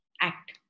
Act